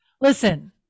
Listen